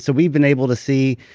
so we've been able to see